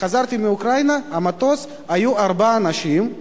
כשחזרתי מאוקראינה במטוס, היו ארבעה אנשים.